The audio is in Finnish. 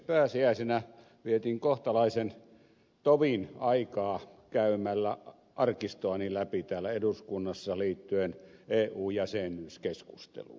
pääsiäisenä vietin kohtalaisen tovin aikaa käymällä arkistoani läpi täällä eduskunnassa liittyen eu jäsenyyskeskusteluun